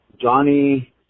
Johnny